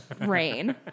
rain